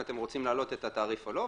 אם אתם רוצים להעלות את התעריף או לא,